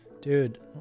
Dude